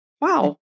Wow